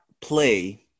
play